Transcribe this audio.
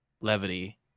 levity